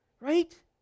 right